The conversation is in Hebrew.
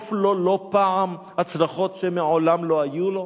ויזקוף לו לא פעם הצלחות שמעולם לא היו לו?